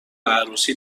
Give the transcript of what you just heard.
عروسی